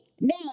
now